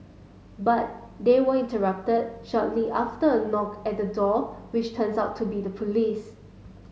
but they were interrupted shortly after a knock at the door which turns out to be the police